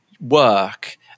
work